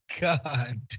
God